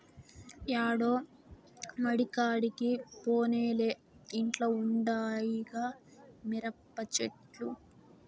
యాడో మడికాడికి పోనేలే ఇంట్ల ఉండాయిగా మిరపచెట్లు